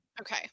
Okay